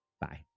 bye